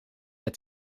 met